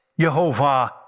Yehovah